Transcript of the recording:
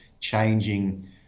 changing